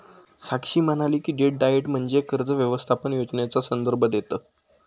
साक्षी म्हणाली की, debt diet म्हणजे कर्ज व्यवस्थापन योजनेचा संदर्भ देतं